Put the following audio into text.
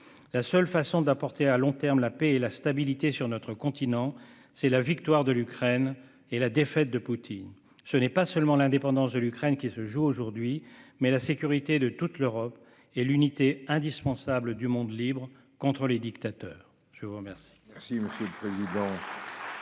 La seule façon d'apporter, à long terme, la paix et la stabilité sur notre continent est la victoire de l'Ukraine et la défaite de Poutine. C'est non pas seulement l'indépendance de l'Ukraine qui se joue aujourd'hui, mais la sécurité de toute l'Europe et l'unité indispensable du monde libre contre les dictateurs. La parole